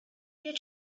your